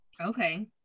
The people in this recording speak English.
Okay